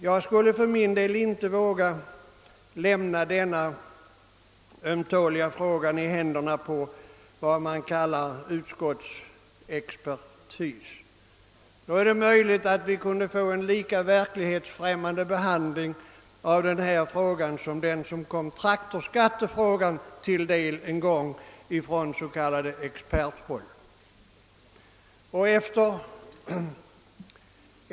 För min del skulle jag inte våga lägga denna ömtåliga fråga i händerna på vad man kallar utskottsexpertis. Då är det möjligt att den får en lika verklighetsfrämmande behandling som den som kom traktorskattefrågan till del en gång från s.k. experthåll.